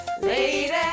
lady